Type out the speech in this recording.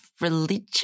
religion